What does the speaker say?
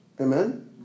Amen